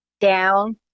down